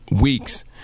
weeks